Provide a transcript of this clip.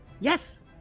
Yes